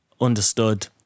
understood